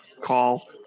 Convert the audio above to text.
call